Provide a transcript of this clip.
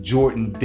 Jordan